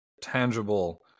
tangible